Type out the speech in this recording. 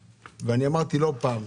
אמרתי לא פעם,